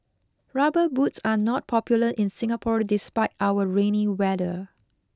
rubber boots are not popular in Singapore despite our rainy weather